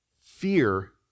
Fear